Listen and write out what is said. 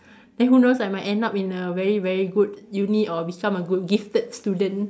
then who knows I might end up in a very very good uni or become a good gifted student